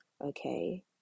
okay